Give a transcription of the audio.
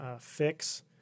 fix